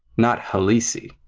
not ha-lee-si.